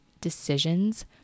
decisions